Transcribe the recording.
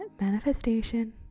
manifestation